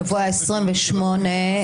השבוע ה-28,